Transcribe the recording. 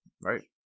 Right